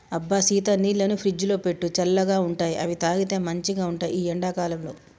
అబ్బ సీత నీళ్లను ఫ్రిజ్లో పెట్టు చల్లగా ఉంటాయిఅవి తాగితే మంచిగ ఉంటాయి ఈ ఎండా కాలంలో